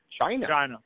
China